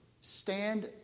Stand